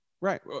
Right